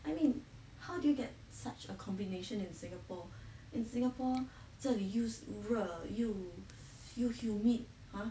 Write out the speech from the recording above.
I mean how do you get such a combination in Singapore in Singapore 这里又热又 humid !huh!